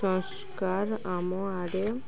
ସଂସ୍କାର ଆମ ଆଡ଼େ